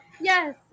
Yes